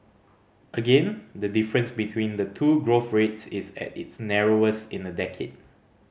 again the difference between the two growth rates is at its narrowest in a decade